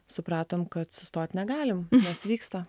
supratom kad sustot negalim nes vyksta